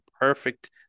perfect